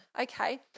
okay